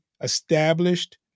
established